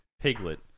piglet